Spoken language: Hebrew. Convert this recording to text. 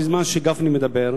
בזמן שחבר הכנסת גפני מדבר,